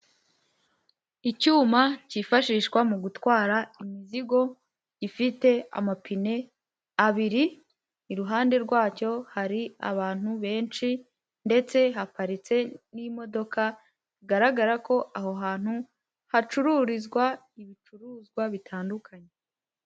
Icyuma cyifashishwa mu gutwara imizigo gifite amapine abiri, iruhande rwacyo hari abantu benshi ndetse haparitse n'imodoka, bigaragara ko aho hantu hacururizwa ibicuruzwa bitandukanye.